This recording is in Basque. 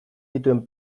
dituen